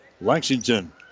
Lexington